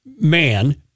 man